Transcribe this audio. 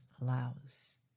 allows